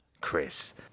Chris